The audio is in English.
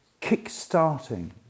kick-starting